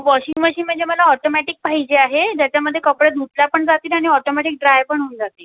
washing machine म्हणजे मला automatic पाहिजे आहे ज्याच्यामध्ये कपडे धुतले पण जातील आणि ऑटोमॅटिक ड्राय पण होऊन जातील